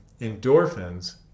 endorphins